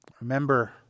Remember